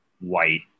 white